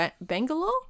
Bangalore